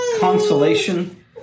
consolation